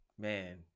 Man